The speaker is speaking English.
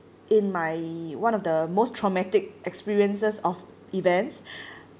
in my one of the most traumatic experiences of events